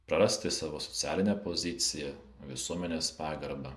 prarasti savo socialinę poziciją visuomenės pagarbą